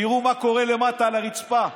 תראו מה קורה למטה על הרצפה.